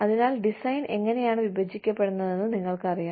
അതിനാൽ ഡിസൈൻ എങ്ങനെയാണ് വിഭജിക്കപ്പെട്ടതെന്ന് നിങ്ങൾക്കറിയാം